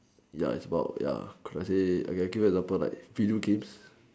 ya it's about ya let's say I give you example like video games